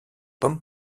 pom